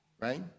right